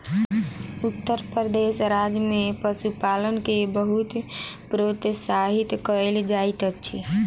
उत्तर प्रदेश राज्य में पशुपालन के बहुत प्रोत्साहित कयल जाइत अछि